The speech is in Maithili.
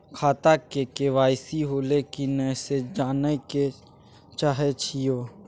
खाता में के.वाई.सी होलै की नय से जानय के चाहेछि यो?